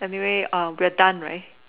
anyway err we're done right